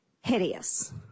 hideous